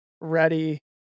ready